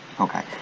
Okay